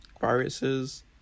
viruses